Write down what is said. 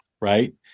right